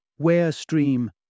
Where-stream